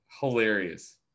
Hilarious